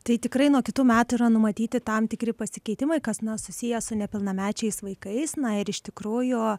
tai tikrai nuo kitų metų yra numatyti tam tikri pasikeitimai kas na susiję su nepilnamečiais vaikais na ir iš tikrųjų